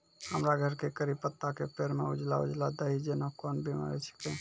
हमरो घर के कढ़ी पत्ता के पेड़ म उजला उजला दही जेना कोन बिमारी छेकै?